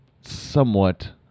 somewhat